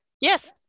Yes